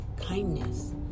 kindness